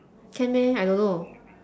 can meh I don't know